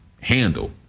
handle